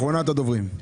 אחרונת הדוברים.